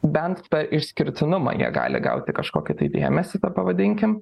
bent tą išskirtinumą jie gali gauti kažkokį tai dėmesį pavadinkim